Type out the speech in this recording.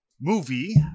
movie